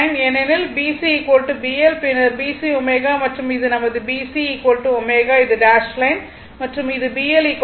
ஏனெனில் BC BL பின்னர் BC ω மற்றும் இது நமது BC ω இது டேஷ் லைன் மற்றும் இது BL ω